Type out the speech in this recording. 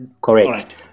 Correct